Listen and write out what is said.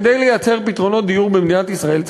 כדי לייצר פתרונות דיור במדינת ישראל,